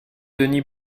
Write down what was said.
denis